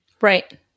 right